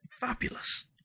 fabulous